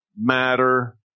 Matter